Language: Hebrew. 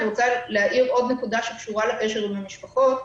אני רוצה להעיר על עוד נקודה שקשורה לקשר עם המשפחות.